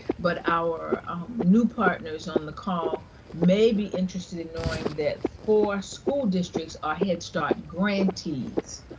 but our new partners on the call may be interested in knowing that four school districts are head start grantees,